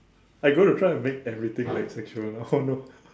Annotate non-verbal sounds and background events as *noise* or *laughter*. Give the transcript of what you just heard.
are you going to try to make everything like sexual now no *laughs*